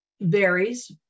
varies